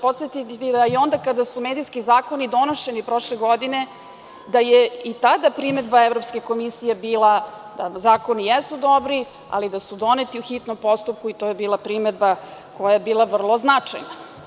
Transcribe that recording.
Podsetiću vas da i onda kada su medijski zakoni donošeni prošle godine, da je i tada primedba Evropske komisije bila da zakoni jesu dobri, ali da su doneti u hitnom postupku, to je bila primedba koja je bila vrlo značajna.